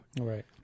right